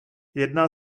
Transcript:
jedná